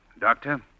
Doctor